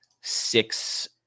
six